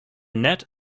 net